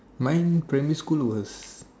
mine primary school was